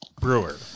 Brewer